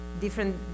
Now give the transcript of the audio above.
different